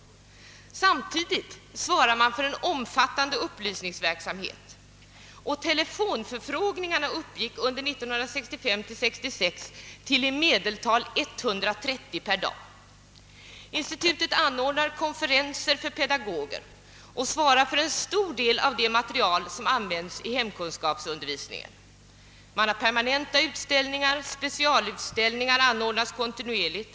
Samtidigt svarar man på institutet för en omfattande upplysningsverksamhet, och = telefonförfrågningarna uppgick 1965—1966 till i medeltal 130 per dag. Institutet anordnar också konferenser för pedagoger och svarar för en stor del av den materiel, som användes i hemkunskapsundervisningen. Man har också permanenta utställningar, och specialutställningar anordnas <kontinuerligt.